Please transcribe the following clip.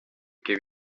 give